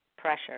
pressure